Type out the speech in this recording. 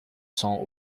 cents